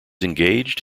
engaged